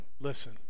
Listen